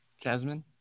Jasmine